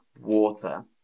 water